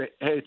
hey